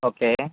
okay